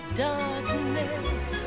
darkness